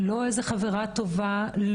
לא איזו חברה טובה,